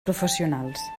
professionals